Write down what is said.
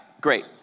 Great